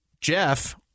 Jeff –